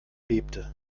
bebte